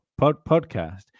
podcast